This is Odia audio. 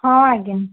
ହଁ ଆଜ୍ଞା